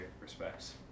respects